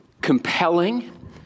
compelling